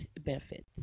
benefits